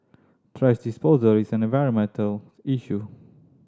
thrash disposal is an environmental issue